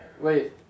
Wait